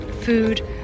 food